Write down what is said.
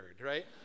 right